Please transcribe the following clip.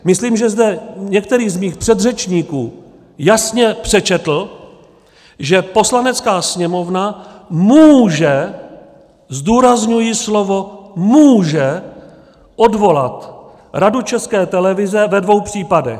Myslím, že zde některý z mých předřečníků jasně přečetl, že Poslanecká sněmovna může zdůrazňuji slovo může odvolat Radu České televize ve dvou případech.